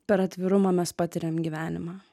per atvirumą mes patiriam gyvenimą